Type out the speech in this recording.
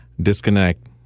disconnect